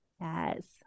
Yes